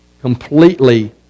completely